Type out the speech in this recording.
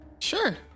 sure